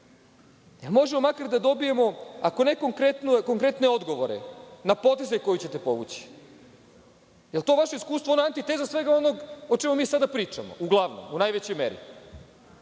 možemo makar da dobijemo ako ne konkretne odgovore na poteze koje ćete povući, je li to vaše iskustvo antiteza svega onog o čemu mi sada pričamo uglavnom, u najvećoj meri.